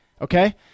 okay